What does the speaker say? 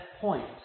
point